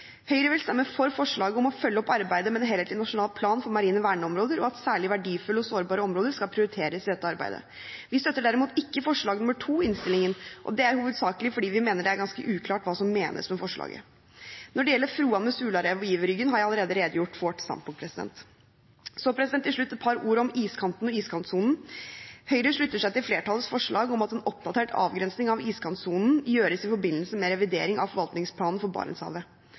Høyre vil stemme for forslaget om å følge opp arbeidet med en helhetlig nasjonal plan for marine verneområder og at særlig verdifulle og sårbare områder skal prioriteres i dette arbeidet. Vi støtter derimot ikke forslag nr. 2 i innstillingen, og det er hovedsakelig fordi vi mener det er uklart hva som menes med forslaget. Når det gjelder Froan med Sularevet og Iverryggen, har jeg allerede redegjort for vårt standpunkt. Til slutt et par ord om iskanten og iskantsonen. Høyre slutter seg til flertallets forslag om at en oppdatert avgrensing av iskantsonen gjøres i forbindelse med revidering av forvaltningsplanen for Barentshavet.